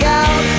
out